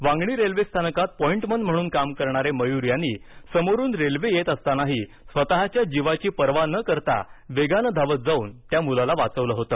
वांगणी रेल्वेस्थानकात पॉइंटमन म्हणून काम करणारे मयूर यांनी समोरून रेल्वे येत असतानाही स्वतःच्या जीवाची पर्वा न करता वेगानं धावत जाऊन त्या मुलाला वाचवलं होतं